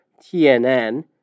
TNN